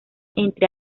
entre